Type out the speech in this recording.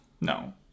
No